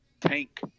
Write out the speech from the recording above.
tank